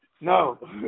No